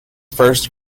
first